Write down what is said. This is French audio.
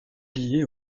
lié